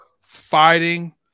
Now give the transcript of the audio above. fighting